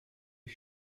est